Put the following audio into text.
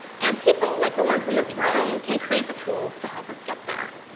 and people like the ones in this room can create the tools to help us get there.